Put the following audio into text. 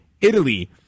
Italy